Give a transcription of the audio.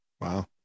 Wow